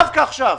דווקא עכשיו,